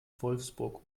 wolfsburg